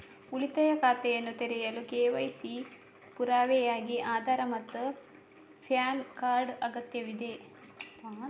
ಉಳಿತಾಯ ಖಾತೆಯನ್ನು ತೆರೆಯಲು ಕೆ.ವೈ.ಸಿ ಗೆ ಪುರಾವೆಯಾಗಿ ಆಧಾರ್ ಮತ್ತು ಪ್ಯಾನ್ ಕಾರ್ಡ್ ಅಗತ್ಯವಿದೆ